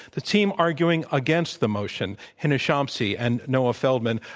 the team arguing against the motion, hina shamsi and noah feldman,